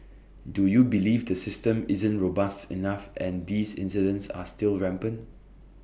do you believe the system isn't robust enough and these incidents are still rampant